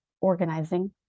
organizing